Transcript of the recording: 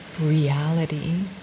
reality